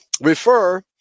refer